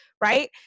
right